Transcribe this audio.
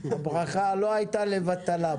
הברכה לא הייתה לבטלה,